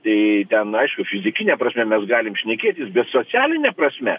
tai ten aišku fizikine prasme mes galim šnekėtis bet socialine prasme